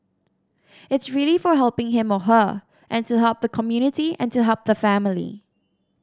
it's really for helping him or her and to help the community and to help the family